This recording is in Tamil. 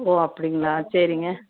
ஓ அப்படிங்களா சரிங்க